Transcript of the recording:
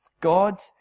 God